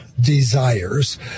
Desires